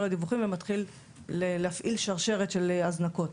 הדיווחים ומתחיל להפעיל שרשרת של הזנקות,